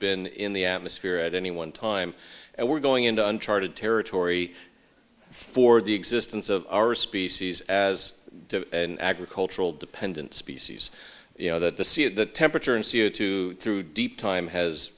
been in the atmosphere at any one time and we're going into uncharted territory for the existence of our species as an agricultural dependent species you know that the sea at that temperature and c o two through deep time has